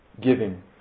Giving